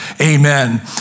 amen